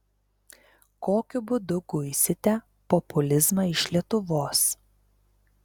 kokiu būdu guisite populizmą iš lietuvos